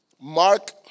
Mark